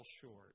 short